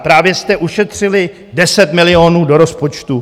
Právě jste ušetřili 10 milionů do rozpočtu!